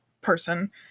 person